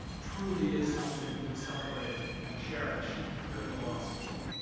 truly is something that we celebrate and cherish here at the law school.